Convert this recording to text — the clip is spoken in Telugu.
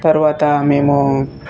తర్వాత మేము